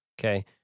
okay